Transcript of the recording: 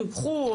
טויחו,